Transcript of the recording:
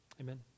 Amen